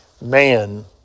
Man